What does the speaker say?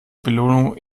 belohnung